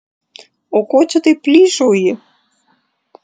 o ko čia taip plyšauji